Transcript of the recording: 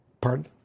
Pardon